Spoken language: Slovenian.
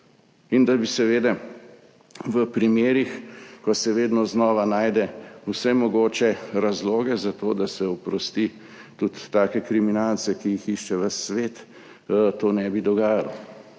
in da se seveda v primerih, ko se vedno znova najde vse mogoče razloge za to, da se oprosti tudi take kriminalce, ki jih išče ves svet, to ne bi dogajalo.